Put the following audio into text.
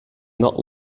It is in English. not